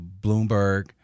Bloomberg